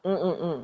mm mm mm